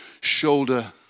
shoulder